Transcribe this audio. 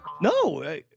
No